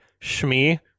Shmi